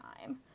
time